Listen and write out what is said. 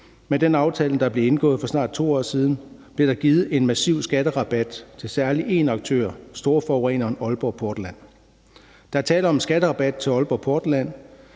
Med den aftale, der blev indgået for snart 2 år siden, blev der givet en massiv skatterabat til særlig en aktør, storforureneren Aalborg Portland. Der er tale om en skatterabat til Aalborg Portland,